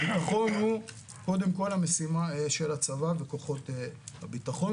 הביטחון הוא קודם כל המשימה של הצבא וכוחות הביטחון.